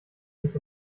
sich